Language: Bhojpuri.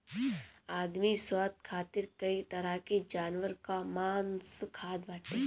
आदमी स्वाद खातिर कई तरह के जानवर कअ मांस खात बाटे